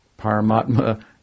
Paramatma